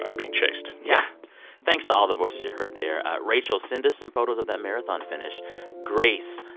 ah being chased yeah thanks to all the voices you heard there, rachel send us some photos of that marathon finish grace,